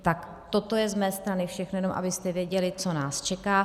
Tak toto je mé strany všechno, jenom abyste věděli, co nás čeká.